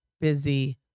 busy